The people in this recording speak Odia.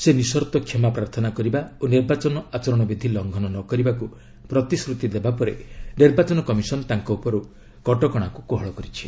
ସେ ନିସର୍ଭ କ୍ଷମାପ୍ରାର୍ଥନା କରିବା ଓ ନିର୍ବାଚନ ଆଚରଣବିଧି ଲଙ୍ଘନ ନ କରିବାକୁ ପ୍ରତିଶ୍ରତି ଦେବା ପରେ ନିର୍ବାଚନ କମିଶନ୍ ତାଙ୍କ ଉପରୁ କଟକଣାକୁ କୋହଳ କରିଛି